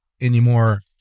anymore